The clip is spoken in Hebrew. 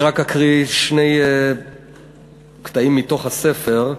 אני רק אקריא שני קטעים מתוך הספר,